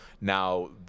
now